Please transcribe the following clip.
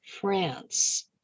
France